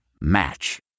Match